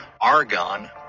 argon